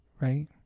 Right